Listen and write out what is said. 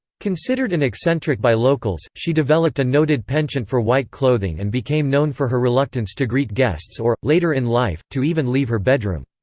considered an eccentric by locals, she developed a noted penchant for white clothing and became known for her reluctance to greet guests or, later in life, to even leave her bedroom.